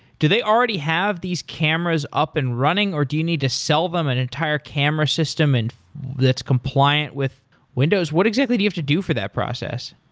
do they already have these cameras up and running or do you need to sell them an entire camera system and that's compliant with windows. what exactly do you have to do for that process?